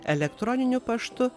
elektroniniu paštu